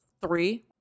three